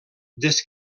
des